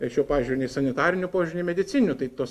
šiuo pažiūriu nei sanitariniu požiūriu medicininiu tai tos